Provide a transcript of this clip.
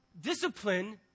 discipline